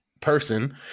person